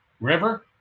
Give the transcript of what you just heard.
River